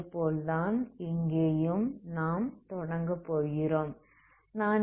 அதேபோல் தான் இங்கேயும் நாம் தொடங்கப்போகிறோம்